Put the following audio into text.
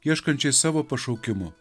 ieškančiais savo pašaukimo